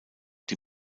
die